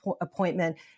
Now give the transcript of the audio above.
appointment